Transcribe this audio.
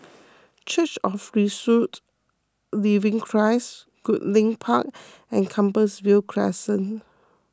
Church of Resurrected Living Christ Goodlink Park and Compassvale Crescent